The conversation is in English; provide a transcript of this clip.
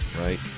right